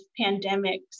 pandemics